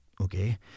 Okay